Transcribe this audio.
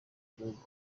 gihugu